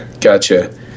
gotcha